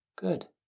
Good